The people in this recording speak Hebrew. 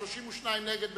32 נגד,